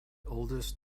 oldest